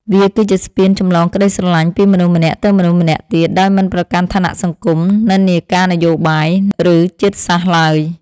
វាគឺជាស្ពានចម្លងក្ដីស្រឡាញ់ពីមនុស្សម្នាក់ទៅមនុស្សម្នាក់ទៀត ដោយមិនប្រកាន់ឋានៈសង្គម និន្នាការនយោបាយ ឬជាតិសាសន៍ឡើយ។